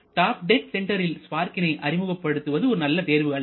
top dead சென்டரில் ஸ்பார்க்கினை அறிமுகப்படுத்துவது ஒரு நல்ல தேர்வு அல்ல